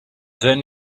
then